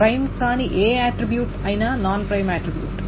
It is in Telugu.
ప్రైమ్ కాని ఏ ఆట్రిబ్యూట్ అయినా నాన్ ప్రైమ్ ఆట్రిబ్యూట్